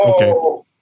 Okay